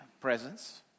presence